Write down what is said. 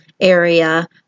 area